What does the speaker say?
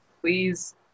please